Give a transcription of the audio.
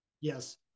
Yes